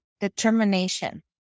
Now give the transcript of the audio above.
determination